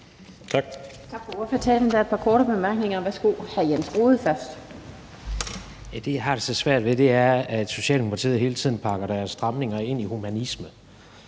Tak.